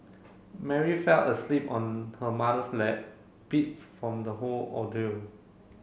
Mary fell asleep on her mother's lap beat from the whole ordeal